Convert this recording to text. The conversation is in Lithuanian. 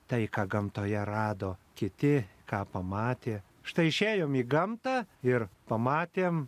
tai ką gamtoje rado kiti ką pamatė štai išėjome į gamtą ir pamatėme